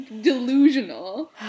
delusional